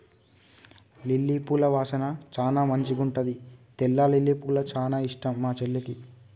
lily పూల వాసన చానా మంచిగుంటది తెల్ల లిల్లీపూలు చానా ఇష్టం మా చెల్లికి